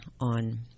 on